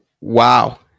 wow